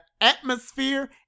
atmosphere